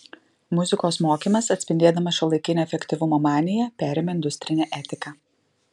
muzikos mokymas atspindėdamas šiuolaikinę efektyvumo maniją perėmė industrinę etiką